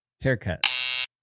Haircut